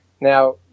Now